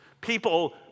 People